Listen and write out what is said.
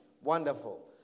Wonderful